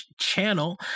channel